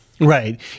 Right